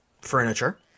furniture